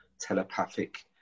telepathic